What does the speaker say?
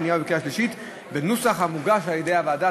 השנייה ובקריאה השלישית בנוסח המוגש על-ידי הוועדה.